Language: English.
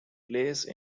placed